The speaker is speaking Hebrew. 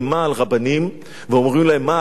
ואומרים להם מה ההלכה ומה לא ההלכה.